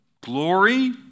glory